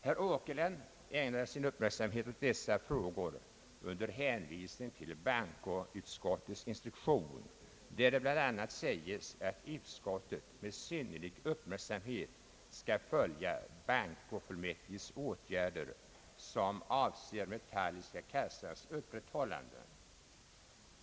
Herr Åkerlund ägnar sin uppmärksamhet åt dessa frågor under hänvisning till bankoutskottets instruktion, där det bl.a. sägs att utskottet med synnerlig uppmärksamhet skall följa bankofullmäktiges åtgärder som avser metalliska kassans upprätthållande.